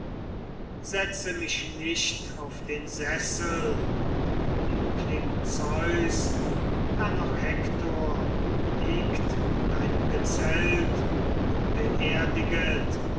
setze mich nicht auf den sessel o liebling zeus da noch hektor liegt in deinem gezelt